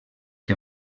que